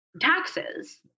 taxes